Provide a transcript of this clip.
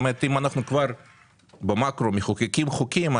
אם אנחנו במקרו מחוקקים חוקים,